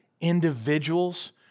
individuals